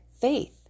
faith